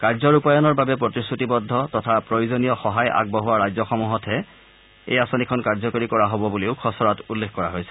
কাৰ্য ৰূপায়ণৰ বাবে প্ৰতিশ্ৰতিবদ্ধ তথা প্ৰয়োজনীয় সহায় আগবঢ়োৱা ৰাজ্যসমূহতহে এই আঁচনিখন কাৰ্যকৰী কৰা হ'ব বুলিও খচৰাত উল্লেখ কৰা হৈছে